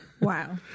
Wow